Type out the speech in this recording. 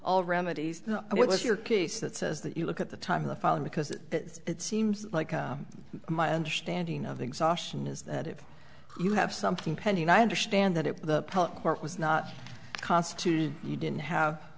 all remedies what was your case that says that you look at the time the filing because it seems like my understanding of exhaustion is that if you have something pending i understand that if the court was not constituted you didn't have